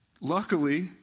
Luckily